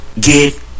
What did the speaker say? get